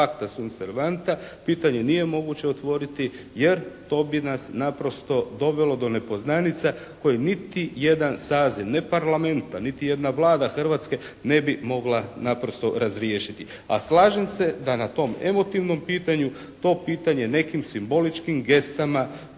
pitanje nije moguće otvoriti jer to bi nas naprosto dovelo do nepoznanica koje niti jedan saziv ne Parlamenta, niti jedna Vlada Hrvatske ne bi mogla naprosto razriješiti. A slažem se da na tom emotivnom pitanju to pitanje nekim simboličkim gestama